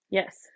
yes